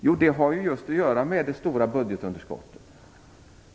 Jo, det har just att göra med det stora budgetunderskottet.